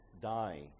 die